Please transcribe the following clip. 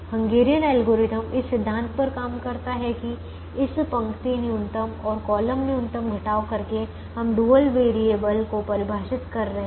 Hungarian algorithm इस सिद्धांत पर काम करता है कि इस पंक्ति न्यूनतम और कॉलम न्यूनतम घटाव करके हम डुअल वेरिएबल को परिभाषित कर रहे हैं